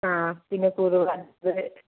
ആ പിന്നെ കുറുവ ദ്വീപ്